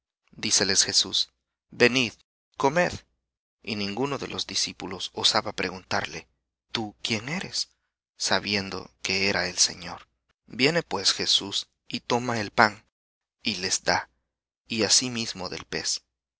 díceles jesús venid comed y ninguno de los discípulos osaba preguntarle tú quién eres sabiendo que era el señor viene pues jesús y toma el pan y les da y asimismo del pez